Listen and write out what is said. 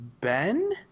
Ben